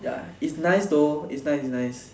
ya it's nice though it's nice it's nice